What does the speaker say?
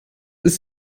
ist